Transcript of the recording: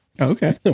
Okay